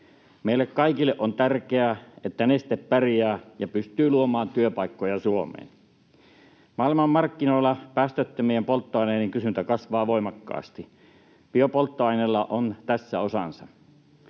Meille kaikille on tärkeää, että Neste pärjää ja pystyy luomaan työpaikkoja Suomeen. Maailmanmarkkinoilla päästöttömien polttoaineiden kysyntä kasvaa voimakkaasti. Biopolttoaineilla on tässä osansa.